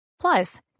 Plus